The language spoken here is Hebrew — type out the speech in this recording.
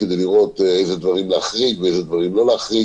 כדי לראות איזה דברים להחריג ואיזה דברים לא להחריג,